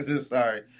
Sorry